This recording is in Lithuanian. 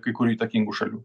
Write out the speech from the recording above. kai kurių įtakingų šalių